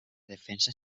defensa